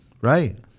Right